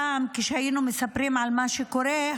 פעם כשהיינו מספרים על מה שקורה,